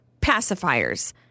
pacifiers